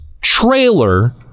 trailer